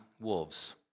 wolves